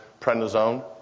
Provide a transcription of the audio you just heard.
prednisone